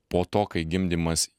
po to kai gimdymas